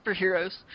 superheroes